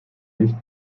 nicht